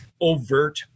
overt